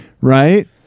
Right